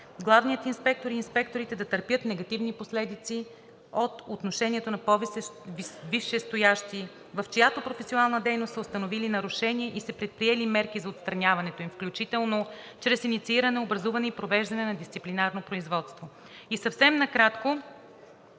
главният инспектор и инспекторите да търпят негативни последици от отношението на по-висшестоящи, в чиято професионална дейност са установили нарушения и са предприели мерки за отстраняването им, включително чрез иницииране, образуване и провеждане на дисциплинарно производство. И съвсем накратко